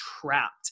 trapped